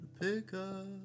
pickup